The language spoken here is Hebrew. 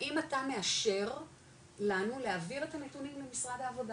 האם אתה מאשר לנו להעביר את הנתונים למשרד העבודה,